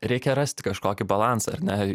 reikia rasti kažkokį balansą ar ne